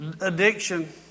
addiction